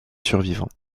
survivants